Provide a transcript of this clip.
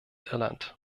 irland